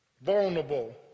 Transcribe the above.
vulnerable